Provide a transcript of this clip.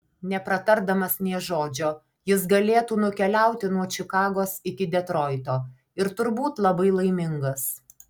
nepratardamas nė žodžio jis galėtų nukeliauti nuo čikagos iki detroito ir turbūt labai laimingas